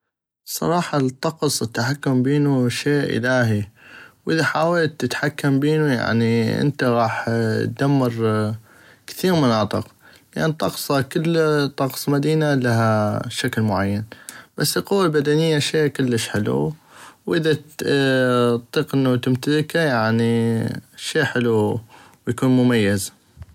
بصراحة الطقس والتحكم بينو شي الهي واذا حاولت تتحكم بينو انت يعني غاح ادمر كثيغ مناطق لان طقسك الطقس المدينة لها شكل معين بس القوة البدنية شي كلش حلو واذا اطيق انو تمتلكا يعني شي حلو واكون مميز